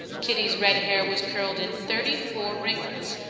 kitty's red hair was curled in thirty-four ringlets,